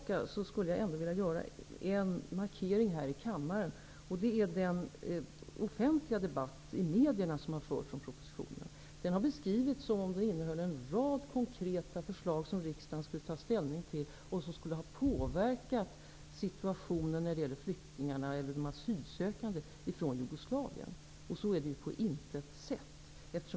Jag skulle vilja göra en markering här i kammaren beträffande den proposition som drogs tillbaka. I den offentliga debatten i media har propositionen beskrivits som om den innehåller en rad konkreta förslag som riksdagen skulle ta ställning till och som skulle ha påverkat situationen när det gäller de asylsökande från Jugoslavien. Så är det på intet sätt.